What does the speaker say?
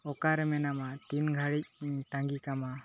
ᱚᱠᱟᱨᱮ ᱢᱮᱱᱟᱢᱟ ᱛᱤᱱ ᱜᱷᱟᱹᱲᱤᱡ ᱤᱧ ᱛᱟᱸᱜᱤ ᱠᱟᱢᱟ